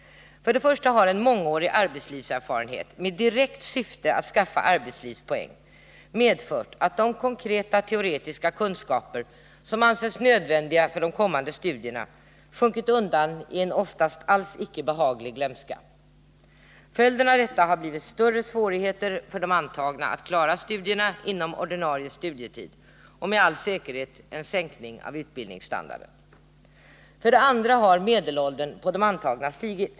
För det första har en mångårig arbetslivserfarenhet med direkt syfte att skaffa arbetslivspoäng medfört att de konkreta teoretiska kunskaper som ansetts nödvändiga för de kommande studierna sjunkit undan i en oftast alls icke behaglig glömska. Följden av detta har blivit större svårigheter för de antagna att klara studierna inom ordinarie studietid och med all säkerhet en sänkning av utbildningsstandarden. För det andra har medelåldern på de antagna stigit.